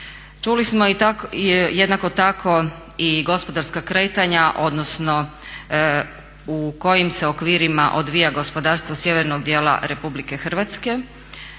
Čuli smo jednako tako i gospodarska kretanja odnosno u kojim se okvirima odvija gospodarstvo sjevernog dijela Republike Hrvatske,